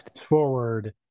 Forward